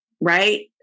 Right